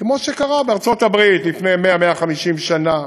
כמו שקרה בארצות-הברית לפני 100 150 שנה,